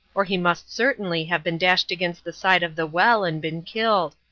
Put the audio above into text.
or he must certainly have been dashed against the side of the well and been killed.